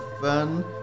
fun